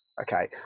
Okay